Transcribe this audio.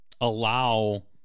allow